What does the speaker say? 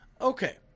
okay